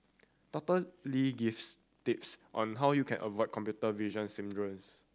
Doctor Lee gives tips on how you can avoid computer vision syndromes